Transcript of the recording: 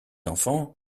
enfants